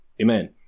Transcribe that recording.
Amen